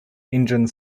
engine